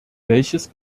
welches